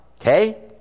Okay